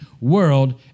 world